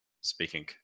speaking